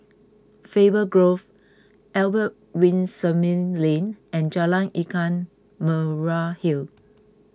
Faber Grove Albert Winsemius Lane and Jalan Ikan Merah Hill